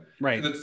right